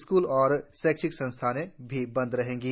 school और शैक्षिक संस्थान भी बंद रहेंगे